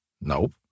Nope